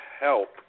help